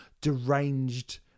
deranged